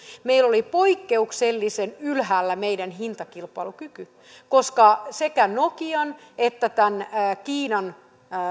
meillä oli poikkeuksellisen ylhäällä meidän hintakilpailukyky koska sekä nokian että kiinan